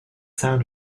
sound